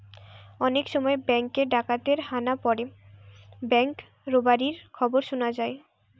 অনেক সময় বেঙ্ক এ ডাকাতের হানা পড়ে ব্যাঙ্ক রোবারির খবর শুনা যায়